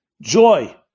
joy